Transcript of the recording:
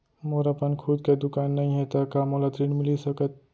मोर अपन खुद के दुकान नई हे त का मोला ऋण मिलिस सकत?